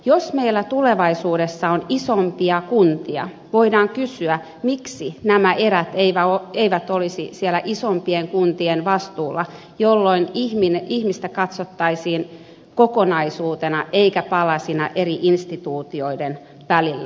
jos meillä tulevaisuudessa on isompia kuntia voidaan kysyä miksi nämä erät eivät olisi siellä isompien kuntien vastuulla jolloin ihmistä katsottaisiin kokonaisuutena eikä palasina eri instituutioiden välillä